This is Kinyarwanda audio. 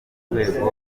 rwego